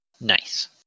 nice